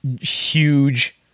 huge